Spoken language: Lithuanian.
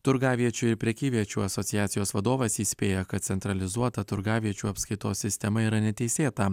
turgaviečių ir prekyviečių asociacijos vadovas įspėja kad centralizuota turgaviečių apskaitos sistema yra neteisėta